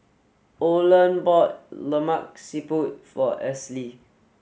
Olen bought Lemak Siput for Esley